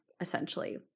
essentially